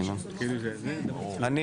בוקר טוב לכולם,